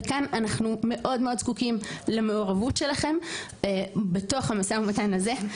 וכאן אנחנו מאוד-מאוד זקוקים למעורבות שלכם בתוך המשא ומתן הזה,